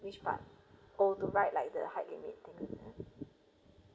which part or to write like the hide limiting is it